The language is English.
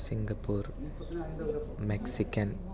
Singapore Mexican